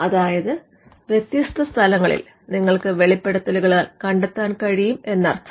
അതായത് വ്യത്യസ്ത സ്ഥലങ്ങളിൽ നിങ്ങൾക്ക് വെളിപ്പെടുത്തലുകൾ കണ്ടെത്താൻ കഴിയും എന്നർത്ഥം